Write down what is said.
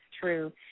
true